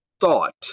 thought